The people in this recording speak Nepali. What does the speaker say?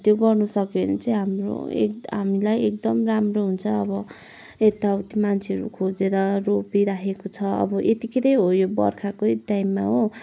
त्यो गर्नु सक्यो भने चाहिँ हाम्रो एक हामीलाई एकदम राम्रो हुन्छ अब यता उता मान्छेहरू खोजेर रोपिराखेको छ अब यतिकै त हो यो बर्खाकै टाइममा हो